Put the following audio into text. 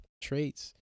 traits